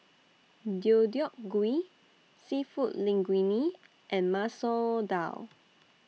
Deodeok Gui Seafood Linguine and Masoor Dal